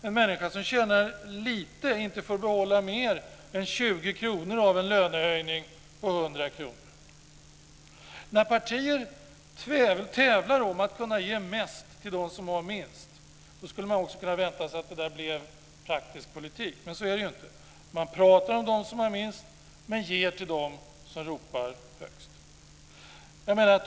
En människa som tjänar lite får ofta inte behålla mer än 20 kr av en lönehöjning på När partier tävlar om att kunna ge mest till dem som har minst skulle man också kunna vänta sig att det blev praktisk politik, men så är det ju inte. Man pratar om dem som har minst men ger till dem som ropar högst. Herr talman!